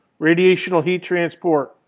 radiational heat transport.